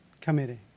committee